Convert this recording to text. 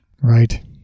Right